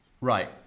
Right